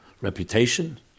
reputation